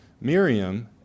Miriam